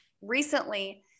recently